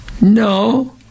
No